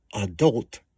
adult